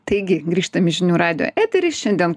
taigi grįžtam į žinių radijo eterį šiandien